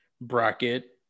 bracket